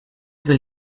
will